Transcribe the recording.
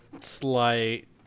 slight